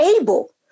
able